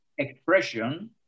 expression